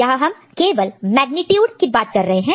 यहां हम केवल मेग्नीट्यूड की बात कर रहे हैं